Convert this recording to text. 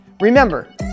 Remember